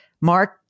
Mark